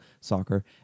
soccer